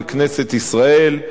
לכנסת ישראל,